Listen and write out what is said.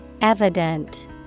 Evident